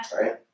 Right